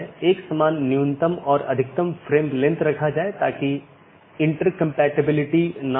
तो ये वे रास्ते हैं जिन्हें परिभाषित किया जा सकता है और विभिन्न नेटवर्क के लिए अगला राउटर क्या है और पथों को परिभाषित किया जा सकता है